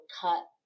cut